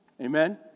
Amen